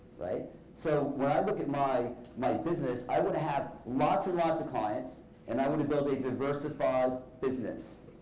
so when i look at my my business, i want to have lots and lots of clients and i want to build a diversified business.